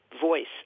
voice